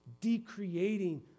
decreating